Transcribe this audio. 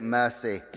mercy